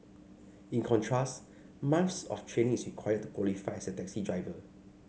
in contrast months of training is required to qualify as a taxi driver